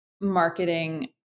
marketing